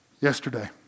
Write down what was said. Yesterday